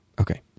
Okay